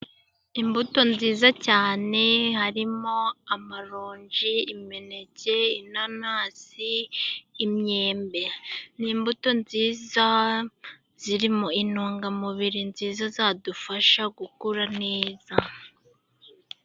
Imbuto nziza cyane harimo: amaronji ,imineke, inanasi, imyembe, ni imbuto nziza zirimo intungamubiri nziza zadufasha gukura neza.